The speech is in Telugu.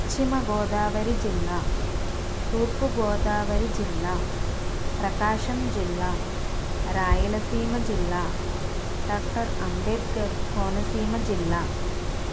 పశ్చిమగోదావరి జిల్లా తూర్పుగోదావరి జిల్లా ప్రకాశం జిల్లా రాయలసీమ జిల్లా డాక్టర్ అంబేద్కర్ కోనసీమ జిల్లా